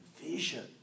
vision